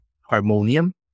Harmonium